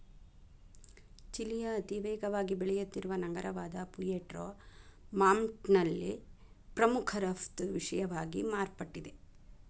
ಚಿಲಿಯ ಅತಿವೇಗವಾಗಿ ಬೆಳೆಯುತ್ತಿರುವ ನಗರವಾದಪುಯೆರ್ಟೊ ಮಾಂಟ್ನಲ್ಲಿ ಪ್ರಮುಖ ರಫ್ತು ವಿಷಯವಾಗಿ ಮಾರ್ಪಟ್ಟಿದೆ